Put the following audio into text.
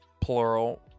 plural